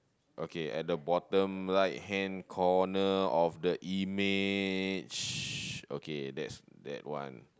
okay at the bottom right hand corner of the image okay that's that one